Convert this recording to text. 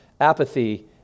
apathy